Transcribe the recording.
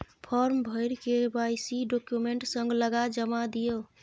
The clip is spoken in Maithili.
फार्म भरि के.वाइ.सी डाक्यूमेंट संग लगा जमा दियौ